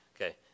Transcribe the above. okay